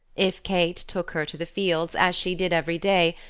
if kate took her to the fields, as she did every day,